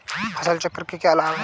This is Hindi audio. फसल चक्र के क्या लाभ हैं?